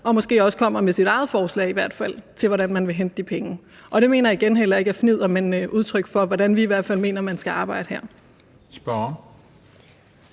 man måske også med sit eget forslag til, hvordan man vil hente de penge. Det mener jeg igen heller ikke er fnidder, men udtryk for, hvordan vi i hvert fald mener man skal arbejde her.